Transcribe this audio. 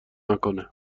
نکنه